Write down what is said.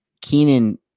Keenan